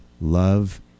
love